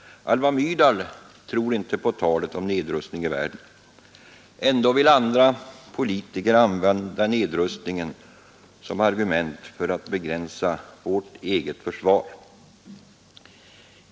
Alva Myrdal tror inte på talet om nedrustning i världen. Ändå vill andra politiker använda nedrustningen som argument för att begränsa vårt eget försvar.